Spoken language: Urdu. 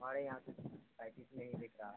ہمارے یہاں تو پینتس میں ہی بک رہا ہے